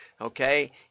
Okay